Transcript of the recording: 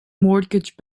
mortgage